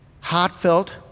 heartfelt